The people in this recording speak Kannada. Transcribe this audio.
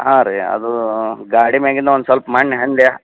ಹಾಂ ರೀ ಅದೂ ಗಾಡಿ ಮ್ಯಾಗಿಂದ ಒಂದು ಸ್ವಲ್ಪ ಮಣ್ಣು ಹಂದ್ಯಾ